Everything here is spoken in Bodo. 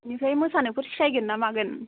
आमफ्राय मोसानोफोर सिखायगोनना मागोन